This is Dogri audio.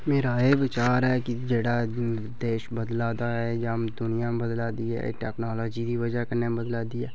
मेरा एह् विचार ऐ कि जेह्ड़ा देश बदला दा ऐ जां दुनिया बदला दी ऐ एह् टैक्नालोजी दी बजह् कन्नै बदला दी ऐ